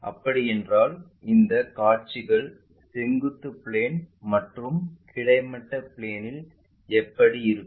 அப்படியானால் இந்த காட்சிகள் செங்குத்து பிளேன் மற்றும் கிடைமட்ட பிளேன்இல் எப்படி இருக்கும்